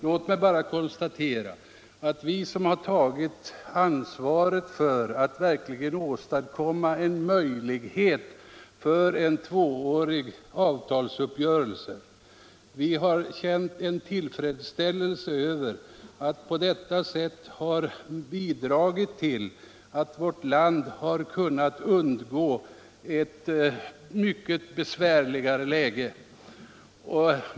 Låt mig bara säga att vi som tagit ansvaret för att verkligen åstadkomma en möjlighet till en tvåårig avtalsuppgörelse har känt tillfredsställelse över att vi på detta sätt bidragit till att vårt land kunnat undgå ett mycket besvärligare läge.